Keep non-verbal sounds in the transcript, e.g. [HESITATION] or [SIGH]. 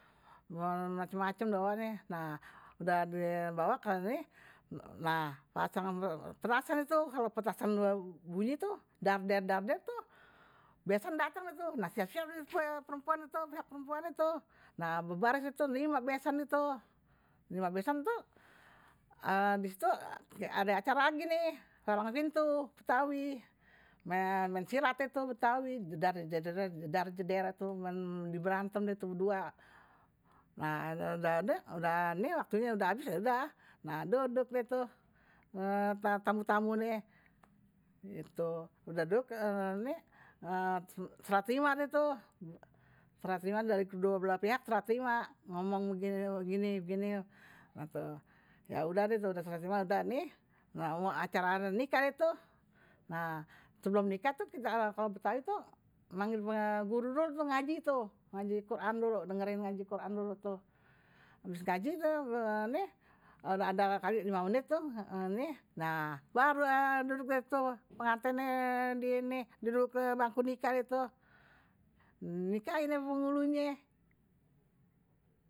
Bawa macam-macam bahwa nih. Nah, udah dia bawa kali ini. Nah, pasang perasaan itu, kalau petasan bunyi itu, darder-darder itu, besan datang itu. Nah, siap siap perempuan itu, pihak perempuan itu. Nah, berbaris itu, lima besan itu. lima besan tu. Di situ ada acara lagi nih. palang pintu betawi. maen silat deh tu, betawi. Jadar jadar itu. maen die berantem tu, berdua. Nah, udah, udah. Ini waktunya udah habis, udah. Nah, duduk deh tuh. Tamu-tamu nih gitu. Udah duduk. Ini. Serah terima itu. Serah terima dari kedua belah pihak serah terima. [HESITATION] Ngomong begini, begini. Nah, tuh. Ya, udah deh tuh. Serah terima udah nih. Nah, acara-acara nikah itu. Nah, sebelum nikah itu, kalau petawi itu, manggil guru dulu ngaji itu. Ngaji quran dulu. Dengerin ngaji quran dulu tuh. Habis ngaji tuh, [HESITATION] udah ada lagi lima menit tuh. Nah, baru duduk deh tuh. Pengantinnya duduk dibangku nikah. Duduk ke bangku nikah itu. Nikah deh penghulunye.